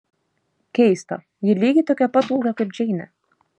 keista ji lygiai tokio pat ūgio kaip džeinė